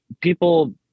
people